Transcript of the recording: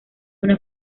una